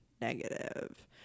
negative